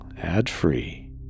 ad-free